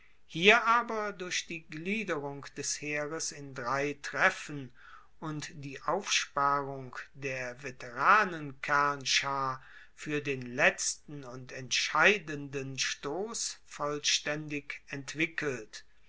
hier aber durch die gliederung des heeres in drei treffen und die aufsparung der veteranenkernschar fuer den letzten und entscheidenden stoss vollstaendig entwickelt